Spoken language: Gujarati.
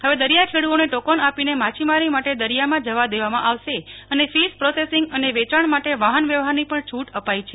હવે દરિયાખેડૂઓને ટોકન આપીને માછીમારી માટે દરિથામાં જવા દેવામાં આવશે અને ફિશ પ્રોસેસિંગ અને વેચાણ માટે વાહનવ્યવહારની પણ છૂટ અપાઈ છે